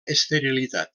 esterilitat